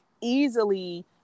easily